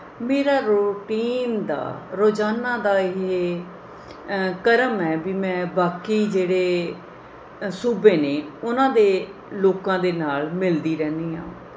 ਮੇਰਾ ਰੋਟੀਨ ਦਾ ਰੋਜ਼ਾਨਾ ਦਾ ਇਹ ਕਰਮ ਹੈ ਵੀ ਮੈਂ ਬਾਕੀ ਜਿਹੜੇ ਅ ਸੂਬੇ ਨੇ ਉਹਨਾਂ ਦੇ ਲੋਕਾਂ ਦੇ ਨਾਲ਼ ਮਿਲਦੀ ਰਹਿੰਦੀ ਹਾਂ